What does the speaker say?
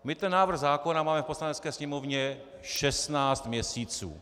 My ten návrh zákona máme v Poslanecké sněmovně 16 měsíců.